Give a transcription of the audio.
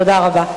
תודה רבה.